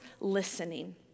listening